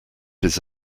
his